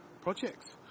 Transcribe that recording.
projects